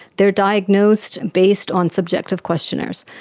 they are diagnosed based on subjective questionnaires.